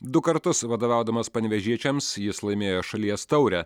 du kartus vadovaudamas panevėžiečiams jis laimėjo šalies taurę